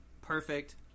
perfect